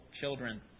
children